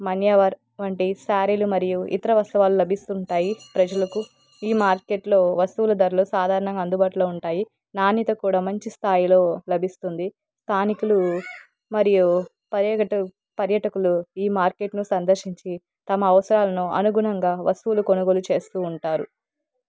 మాన్యవర్ వంటి శారీలు మరియు ఇతర వస్తువులు లభిస్తు ఉంటాయి ప్రజలకు ఈ మార్కెట్లో వస్తువుల ధరలు సాధారణంగా అందుబాటులో ఉంటాయి నాణ్యత కూడా మంచి స్థాయిలో లభిస్తుంది స్థానికులు మరియు పర్యగట పర్యాటకులు ఈ మార్కెట్ను సందర్శించి తమ అవసరాలను అనుగుణంగా వస్తువులు కొనుగోలు చేస్తు ఉంటారు